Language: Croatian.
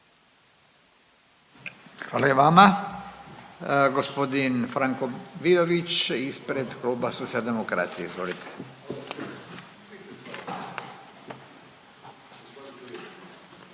Hvala i vama. Gospodin Franko Vidović, ispred kluba Socijaldemokrati. Izvolite.